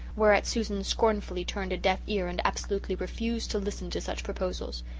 whereat susan scornfully turned a deaf ear and absolutely refused to listen to such proposals.